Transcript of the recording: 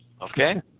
Okay